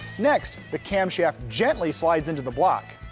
next the cam shaft gently slides into the block.